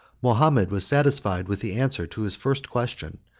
mahomet was satisfied with the answer to his first question,